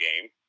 game